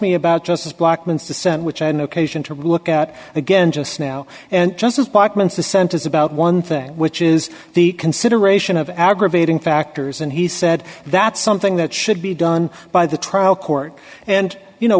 me about justice blackmun dissent which an occasion to look at again just now and justice blackmun to sentence about one thing which is the consideration of aggravating factors and he said that's something that should be done by the trial court and you know